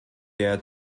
der